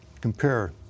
COMPARE